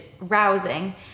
rousing